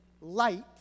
light